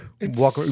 Walk